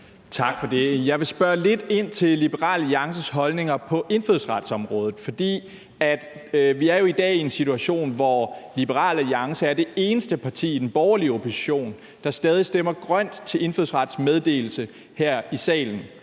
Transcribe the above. Tak for det. Jeg vil spørge lidt ind til Liberal Alliances holdninger på indfødsretsområdet, for vi er jo i dag i en situation, hvor Liberal Alliance er det eneste parti i den borgerlige opposition, der stadig stemmer grønt til lovforslag om indfødsrets meddelelse her i salen